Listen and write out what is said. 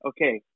Okay